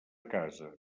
casa